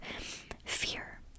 fear